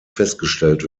festgestellt